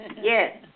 Yes